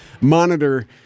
monitor